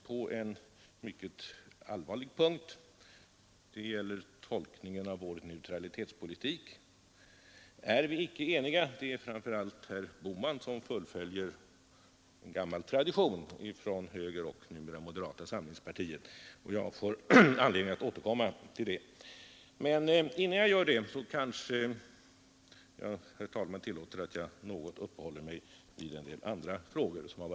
På en mycket allvarlig punkt — det gäller tolkningen av vår neutralitetspolitik — är vi icke eniga; framför allt herr Bohman fullföljer här en gammal tradition i högern och numera moderata samlingspartiet. Jag får anledning återkomma till detta, men innan jag gör det kanske herr talmannen tillåter att jag något uppehåller mig vid en del andra frågor som berörts.